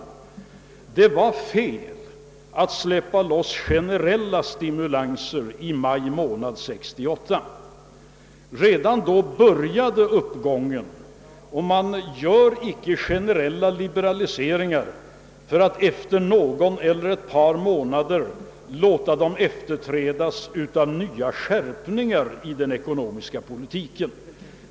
Jag vidhåller uppfattningen att det varit fel att släppa loss generella stimulanser i maj månad 1968. Redan då började uppgången, och man gör inte generella liberaliseringar för att efter någon eller ett par månader låta dem efterträdas av nya skärpningar i den ekonomiska politiken.